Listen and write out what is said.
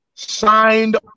signed